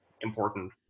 important